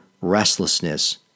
restlessness